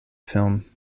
film